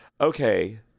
Okay